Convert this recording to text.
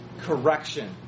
correction